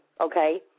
okay